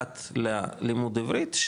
אחד ללימוד עברית,